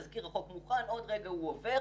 תזכיר החוק מוכן ועוד רגע הוא עובר.